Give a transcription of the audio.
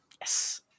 yes